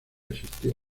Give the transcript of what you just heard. existió